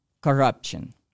corruption